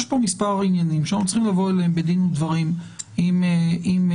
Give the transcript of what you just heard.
יש פה מספר עניינים שאנחנו צריכים לבוא אליהם בדין ודברים עם הממשלה,